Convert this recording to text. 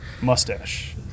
mustache